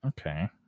Okay